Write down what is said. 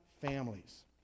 families